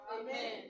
Amen